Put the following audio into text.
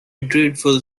dreadful